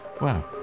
wow